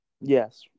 Yes